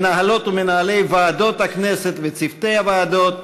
(מחיאות כפיים) למנהלות ומנהלי ועדות הכנסת ולצוותי הוועדות,